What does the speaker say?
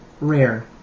Rare